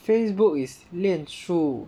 Facebook is 面书